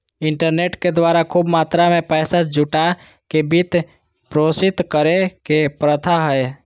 internet के द्वारा खूब मात्रा में पैसा जुटा के वित्त पोषित करे के प्रथा हइ